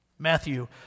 Matthew